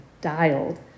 dialed